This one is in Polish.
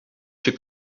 się